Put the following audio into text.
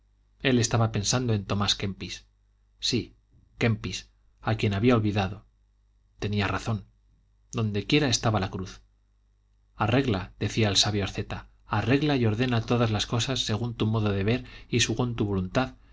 él estaba pensando en tomás kempis sí kempis a quien había olvidado tenía razón donde quiera estaba la cruz arregla decía el sabio asceta arregla y ordena todas las cosas según tu modo de ver y según tu voluntad